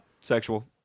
sexual